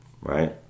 right